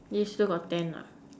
this still got ten lah